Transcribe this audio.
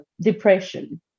depression